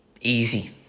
easy